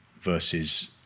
versus